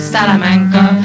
Salamanca